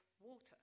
water